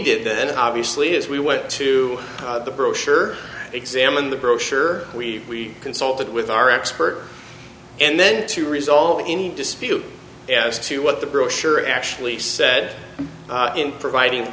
did then obviously is we went to the brochure examined the brochure we consulted with our expert and then to resolve any dispute as to what the brochure actually said in providing